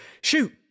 shoot